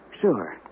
Sure